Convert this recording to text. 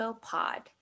Pod